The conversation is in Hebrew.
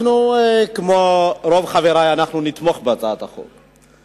כמו רוב חברי אנחנו נתמוך בהצעת החוק,